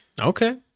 Okay